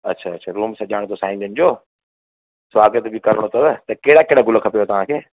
अच्छा अच्छा रूम सॼाइणो आहे साईं जन जो स्वागतु बि करिणो अथव त कहिड़ा कहिड़ा गुल खपनि तव्हांखे